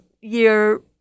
year